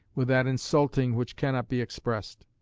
with that insulting which cannot be expressed.